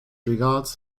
regards